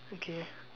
okay